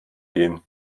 gehen